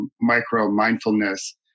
micro-mindfulness